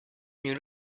mieux